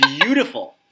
beautiful